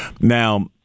Now